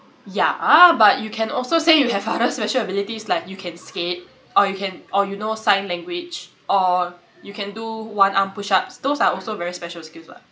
ya but you can also say you have other special abilities like you can skate or you can or you know sign language or you can do one arm pushups those are also very special skills what